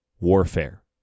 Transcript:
warfare